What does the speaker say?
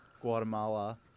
Guatemala